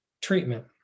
treatment